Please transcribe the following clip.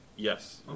Yes